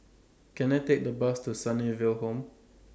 Can I Take The Bus to Sunnyville Home